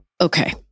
okay